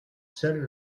seuls